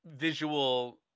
visual